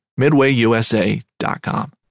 MidwayUSA.com